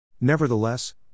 Nevertheless